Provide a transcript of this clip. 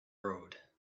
road